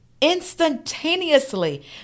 instantaneously